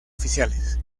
oficiales